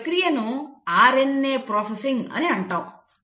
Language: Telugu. ఈ ప్రక్రియను RNA ప్రాసెసింగ్ అని అంటాము